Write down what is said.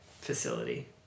facility